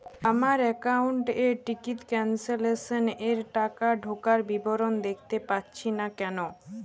আমার একাউন্ট এ ticket cancellation এর টাকা ঢোকার বিবরণ দেখতে পাচ্ছি না কেন?